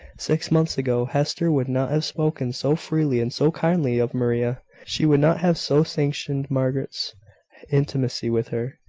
six months ago hester would not have spoken so freely and so kindly of maria she would not have so sanctioned margaret's intimacy with her.